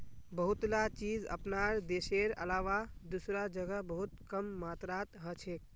बहुतला चीज अपनार देशेर अलावा दूसरा जगह बहुत कम मात्रात हछेक